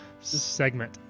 segment